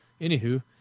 Anywho